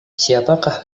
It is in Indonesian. siapakah